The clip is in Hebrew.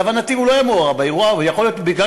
להבנתי, הוא לא היה מעורב באירוע.